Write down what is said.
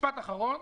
ומשפט אחרון: